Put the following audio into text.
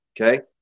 okay